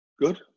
Good